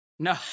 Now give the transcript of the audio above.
No